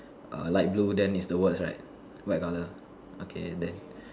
err light blue then is the words right white color okay then